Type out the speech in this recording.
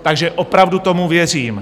Takže opravdu tomu věřím.